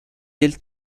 del